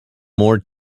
more